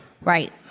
Right